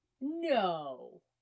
No